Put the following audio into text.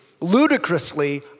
ludicrously